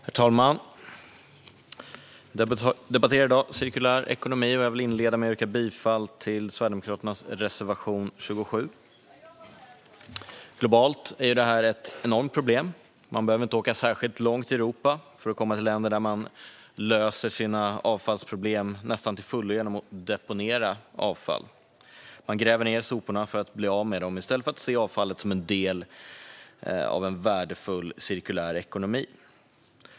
Herr talman! Vi debatterar i dag cirkulär ekonomi, och jag vill inleda med att yrka bifall till Sverigedemokraternas reservation, nr 27. Globalt är detta ett enormt problem. Man behöver inte åka särskilt långt i Europa för att komma till länder där man löser sina avfallsproblem nästan till fullo genom att deponera avfall. Man gräver ned soporna för att bli av med dem, i stället för att se avfallet som en del av en värdefull cirkulär ekonomi.